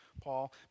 Paul